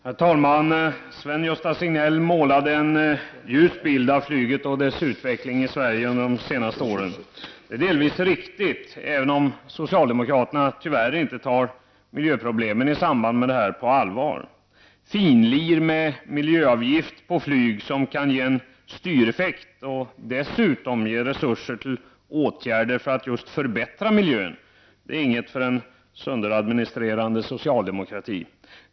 Herr talman! Sven-Gösta Signell målade en ljus bild av flyget och dess utveckling i Sverige under de senaste åren. Det är en delvis riktig bild, även om socialdemokraterna tyvärr inte tar miljöproblemen i samband med flyget på allvar. ”Finlir” med miljöavgift på flyg som kan ge en styreffekt och dessutom ge resurser till åtgärder för att just förbättra miljön är inget för en sönderadministrerande socialdemokrati.